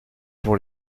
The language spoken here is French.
pour